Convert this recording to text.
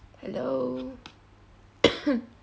hello